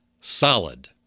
Solid